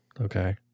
Okay